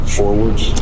forwards